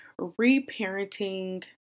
reparenting